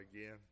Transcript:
again